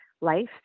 life